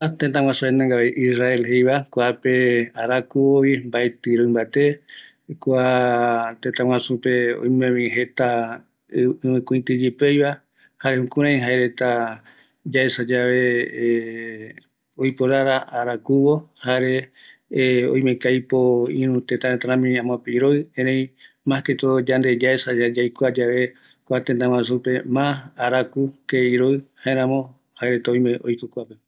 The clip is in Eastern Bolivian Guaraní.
Kua tëtä guaju jaenungavi Isrrael jeeva, kuape arakuvovi, mbaetï nbate kua tëtä guajupe oimevi jeta ivikuiti yepeaiva, jare jukurai yaesa yave oiprara arakuvo, jare oimeko aipo ïru tëtä retami iroï, erei mas que todo yande yaesa yave yaikua yave kua tëtä guaju pe mas araku que iroï, jaeramo jaereta oipokua katu.